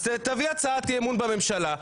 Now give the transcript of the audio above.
אז תביא הצעת אי אמון בממשלה,